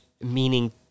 meaning